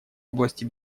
области